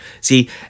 See